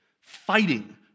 fighting